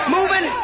Moving